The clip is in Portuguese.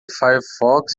firefox